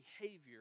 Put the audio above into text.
behavior